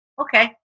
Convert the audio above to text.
okay